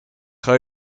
high